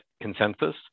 consensus